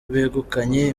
begukanye